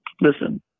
Listen